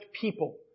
people